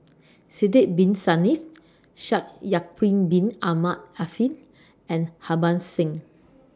Sidek Bin Saniff Shaikh Yahya Bin Ahmed Afifi and Harbans Singh